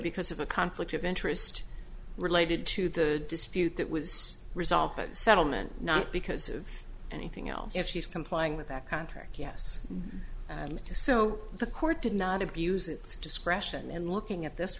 because of a conflict of interest related to the dispute that was resolved at settlement not because of anything else if she's complying with that contract yes and so the court did not abuse its discretion in looking at this